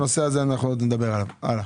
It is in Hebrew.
לא יודעים לדבר על הנושא הזה.